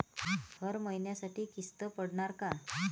हर महिन्यासाठी किस्त पडनार का?